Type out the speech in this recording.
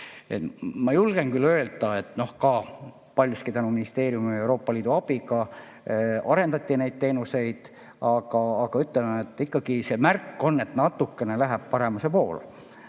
ma julgen küll öelda, et paljuski tänu ministeeriumile ja Euroopa Liidu abiga arendati neid teenuseid. Aga ütleme, ikkagi see märk on, et natukene läheb paremuse poole.